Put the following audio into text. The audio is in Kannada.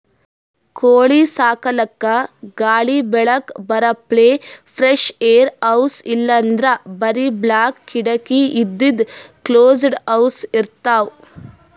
ಕೋಳಿ ಸಾಕಲಕ್ಕ್ ಗಾಳಿ ಬೆಳಕ್ ಬರಪ್ಲೆ ಫ್ರೆಶ್ಏರ್ ಹೌಸ್ ಇಲ್ಲಂದ್ರ್ ಬರಿ ಬಾಕ್ಲ್ ಕಿಡಕಿ ಇದ್ದಿದ್ ಕ್ಲೋಸ್ಡ್ ಹೌಸ್ ಇರ್ತವ್